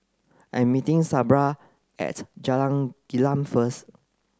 I'm meeting Sabra at Jalan Gelam first